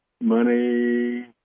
Money